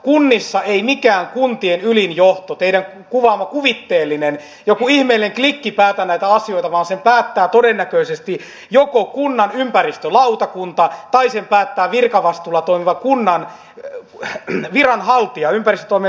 kunnissa ei mikään kuntien ylin johto teidän kuvaamanne kuvitteellinen joku ihmeellinen klikki päätä näitä asioita vaan sen päättää todennäköisesti kunnan ympäristölautakunta tai sen päättää virkavastuulla toimiva kunnan viranhaltija ympäristötoimen viranhaltija